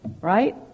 right